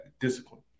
discipline